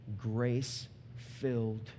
grace-filled